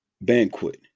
banquet